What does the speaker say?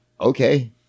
Okay